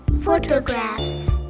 Photographs